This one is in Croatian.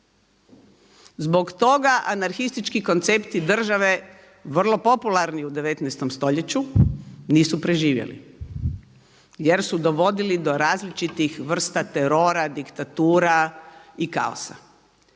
Zbog toga anarhistički koncepti države, vrlo popularni u 19. stoljeću nisu preživjeli jer su dovodili do različitih vrsta terora, diktatura i kaosa.